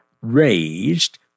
raised